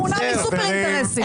והוא מונע מסופר אינטרסים.